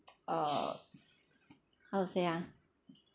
uh how to say ah